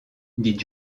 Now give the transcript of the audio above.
dit